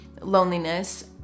loneliness